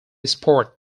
sport